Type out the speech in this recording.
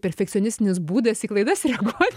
perfekcionistinis būdas į klaidas reaguot